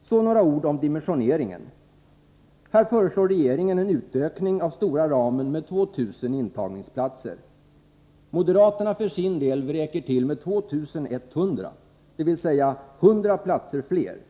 Så några ord om dimensioneringen. Här föreslår regeringen en utökning av stora ramen med 2 000 intagningsplater. Moderaterna för sin del vräker till med 2 100, dvs. 100 platser fler!